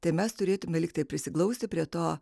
tai mes turėtumėme likti prisiglausti prie to